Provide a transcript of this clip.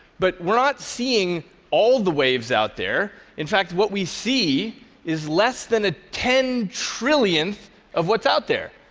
but we're not seeing all the waves out there. in fact, what we see is less than a ten trillionth of what's out there.